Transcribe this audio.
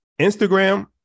Instagram